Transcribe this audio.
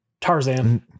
tarzan